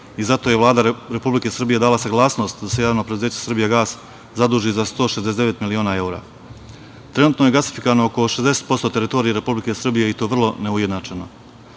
i zato je Vlada Republike Srbije dala saglasnost da se Javno preduzeće Srbijagas zaduži za 169 miliona. Trenutno je gasifikovano oko 60% teritorije Republike Srbije i to vrlo neujednačeno.